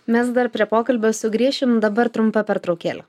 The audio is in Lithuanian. mes dar prie pokalbio sugrįšim dabar trumpa pertraukėlė